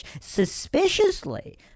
Suspiciously